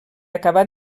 acabar